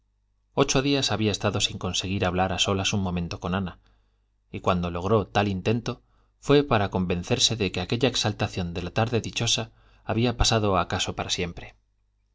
ocho días había estado sin conseguir hablar a solas un momento con ana y cuando logró tal intento fue para convencerse de que aquella exaltación de la tarde dichosa había pasado acaso para siempre